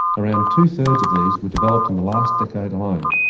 around two-thirds of these were developed in the last decade alone, and